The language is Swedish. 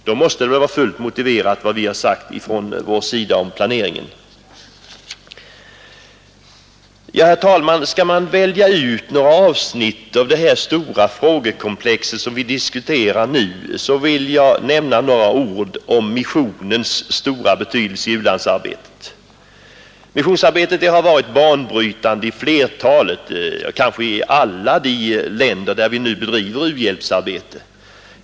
Då måste det vara fullt motiverat vad vi har sagt om planeringen. Herr talman! Om man skall välja ut några avsnitt av det stora frågekomplex vi här diskuterar, så vill jag nämna några ord om missionens stora betydelse i u-landsarbetet. Missionsarbetet har varit banbrytande i flertalet — ja, kanske i alla de länder där vi nu bedriver u-hjälpsarbete.